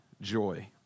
joy